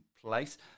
place